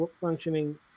functioning